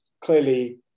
clearly